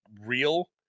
real